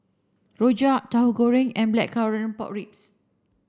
Rojak Tauhu Goreng and blackcurrant pork ribs